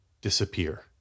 disappear